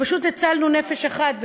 פשוט הצלנו נפש אחת,